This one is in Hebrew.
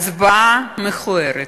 אחרון הדוברים.